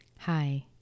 Hi